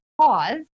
pause